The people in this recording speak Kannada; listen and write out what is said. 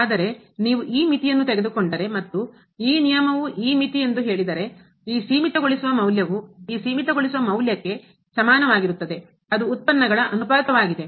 ಆದರೆ ನೀವು ಈ ಮಿತಿಯನ್ನು ತೆಗೆದುಕೊಂಡರೆ ಮತ್ತು ಈ ನಿಯಮವು ಈ ಮಿತಿ ಎಂದು ಹೇಳಿದರೆ ಈ ಸೀಮಿತಗೊಳಿಸುವ ಮೌಲ್ಯವು ಈ ಸೀಮಿತಗೊಳಿಸುವ ಮೌಲ್ಯಕ್ಕೆ ಸಮಾನವಾಗಿರುತ್ತದೆ ಅದು ಉತ್ಪನ್ನಗಳ ಅನುಪಾತವಾಗಿದೆ